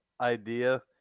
idea